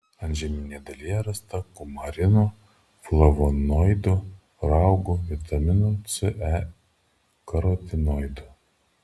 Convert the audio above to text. antžeminėje dalyje rasta kumarinų flavonoidų raugų vitaminų c e karotinoidų